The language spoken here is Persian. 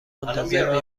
منتظر